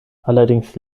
allerdings